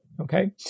okay